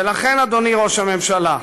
ולכן, אדוני ראש הממשלה,